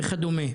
וכדומה.